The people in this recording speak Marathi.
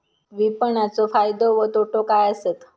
विपणाचो फायदो व तोटो काय आसत?